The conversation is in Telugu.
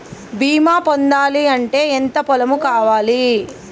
బీమా పొందాలి అంటే ఎంత పొలం కావాలి?